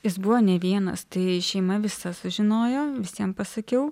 jis buvo ne vienas tai šeima visa sužinojo visiem pasakiau